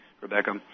Rebecca